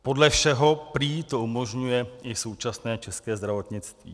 Podle všeho prý to umožňuje i současné české zdravotnictví.